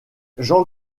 jean